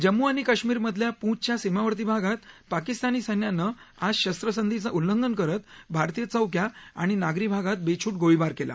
जम्मू आणि कश्मीरमधल्या पूँछच्या सीमावर्ती भागात पकिस्तानी सैन्यानं आज शस्त्रसंधीचं उल्लंघन करत भारतीय चौक्या आणि नागरी भागात बेछ्ट गोळीबार केला